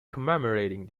commemorating